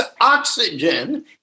oxygen